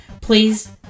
please